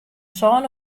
sân